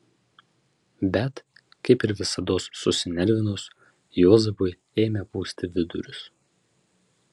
bet kaip ir visados susinervinus juozapui ėmė pūsti vidurius